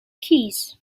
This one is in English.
keys